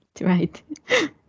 right